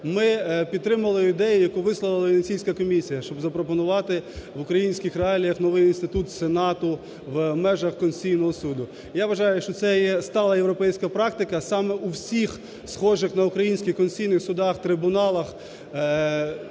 ми підтримали ідею, яку висловила Венеційська комісія, щоб запропонувати в українських реаліях новий інститут "сенату" в межах Конституційного Суду. Я вважаю, що це є стала європейська практика. Саме у всіх, схожих на українських, конституційних судах, трибуналах